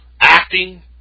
acting